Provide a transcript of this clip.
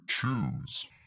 choose